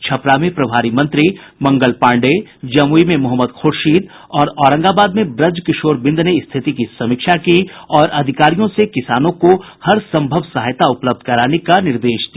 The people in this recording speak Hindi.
छपरा में प्रभारी मंत्री मंगल पाण्डेय जमुई में मोहम्मद खुर्शीद और औरंगाबाद में ब्रज किशोर बिंद ने स्थिति की समीक्षा की और अधिकारियों से किसानों को हरसंभव सहायता उपलब्ध कराने का निर्देश दिया